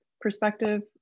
perspective